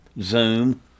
Zoom